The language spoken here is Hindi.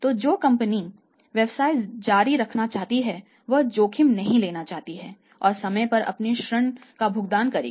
तो जो कंपनी व्यवसाय जारी रखना चाहती है वह जोखिम नहीं लेना चाहती है और समय पर अपने ऋण का भुगतान करेगी